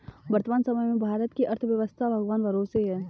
वर्तमान समय में भारत की अर्थव्यस्था भगवान भरोसे है